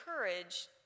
courage